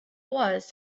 was